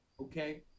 okay